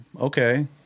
okay